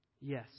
Yes